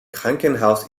krankenhaus